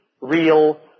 real